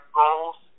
goals